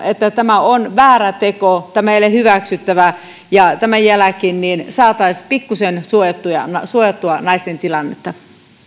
että tämä on väärä teko tämä ei ole hyväksyttävää ja tämän jälkeen saataisiin pikkusen suojattua naisten tilannetta